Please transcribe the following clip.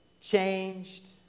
changed